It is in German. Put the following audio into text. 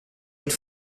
mit